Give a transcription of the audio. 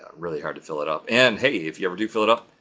really hard to fill it up, and hey if you ever do fill it up.